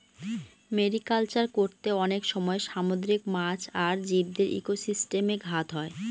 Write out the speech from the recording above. mariculture করতে অনেক সময় সামুদ্রিক মাছ আর জীবদের ইকোসিস্টেমে ঘাত হয়